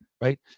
right